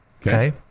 Okay